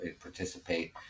participate